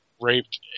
raped